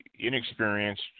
inexperienced